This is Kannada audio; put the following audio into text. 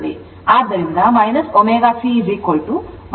ಆದ್ದರಿಂದ XC j ω C ಆಗಿರುತ್ತದೆ